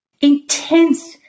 intense